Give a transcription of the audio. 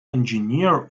engineer